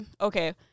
okay